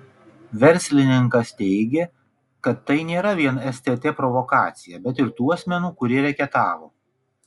verslininkas teigė kad tai nėra vien stt provokacija bet ir tų asmenų kurie reketavo